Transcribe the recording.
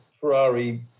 Ferrari